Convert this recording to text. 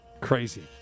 Crazy